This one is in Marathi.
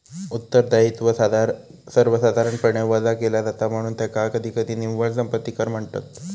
उत्तरदायित्व सर्वसाधारणपणे वजा केला जाता, म्हणून त्याका कधीकधी निव्वळ संपत्ती कर म्हणतत